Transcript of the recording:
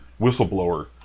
whistleblower